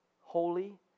holy